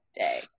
day